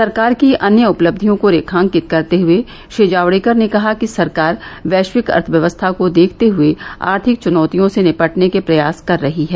सरकार की अन्य उपलब्धियों को रेखांकित करते हुए श्री जावड़ेकर ने कहा कि सरकार वैश्विक अर्थव्यवस्था को देखते हुए आर्थिक चुनौतियों से निपटने के प्रयास कर रही है